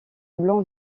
blanc